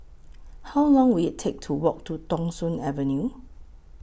How Long Will IT Take to Walk to Thong Soon Avenue